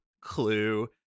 clue